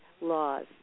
Laws